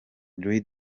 luís